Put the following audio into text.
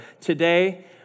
today